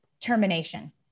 termination